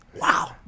Wow